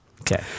Okay